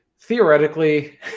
theoretically